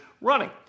running